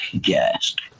guest